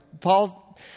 Paul